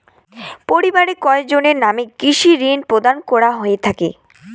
পরিবারের কয়জনের নামে কৃষি ঋণ প্রদান করা হয়ে থাকে?